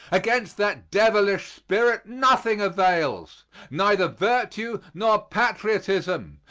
against that devilish spirit nothing avails neither virtue nor patriotism,